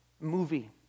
movie